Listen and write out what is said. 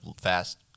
fast